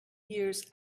years